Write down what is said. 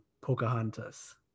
Pocahontas